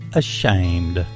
ashamed